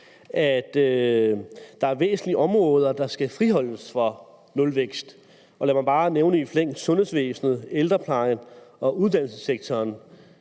at der er væsentlige områder, der skal friholdes for nulvækst. Lad mig bare nævne i flæng: Sundhedsvæsenet, ældreplejen og uddannelsessektoren.